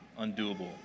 undoable